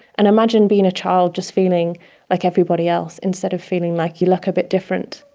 and imagine being a child, just feeling like everybody else, instead of feeling like you look a bit different.